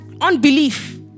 unbelief